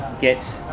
get